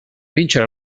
vincere